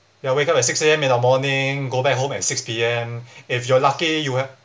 ya wake up at six A_M in the morning go back home at six P_M if you are lucky you